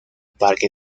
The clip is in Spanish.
parque